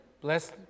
Bless